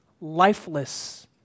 Lifeless